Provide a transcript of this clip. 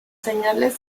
señales